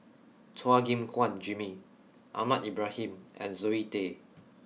Chua Gim Guan Jimmy Ahmad Ibrahim and Zoe Tay